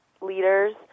leaders